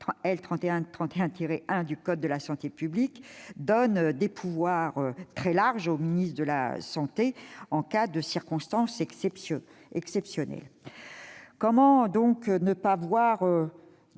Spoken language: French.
3131-1 du code de la santé publique accorde des pouvoirs très larges au ministre de la santé en cas de circonstances exceptionnelles ? Comment ne pas